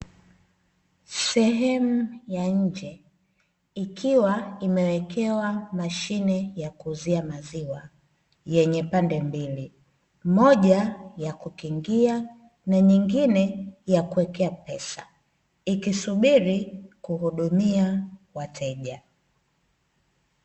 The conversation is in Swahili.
Sehemu ya nje ikiwa imewekewa mashine ya kuuzia maziwa yenye pande mbili, moja ya kukinga na nyingine ya kuwekea pesa, ikisubiri kuhudumia wateja.